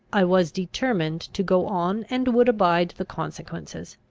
i was determined to go on, and would abide the consequences.